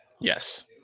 Yes